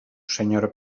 senyora